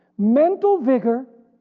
mental vigor,